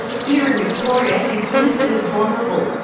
here in victoria it's listed as vulnerable,